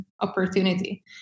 opportunity